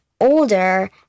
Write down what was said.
older